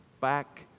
back